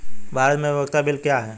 भारत में उपयोगिता बिल क्या हैं?